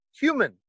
human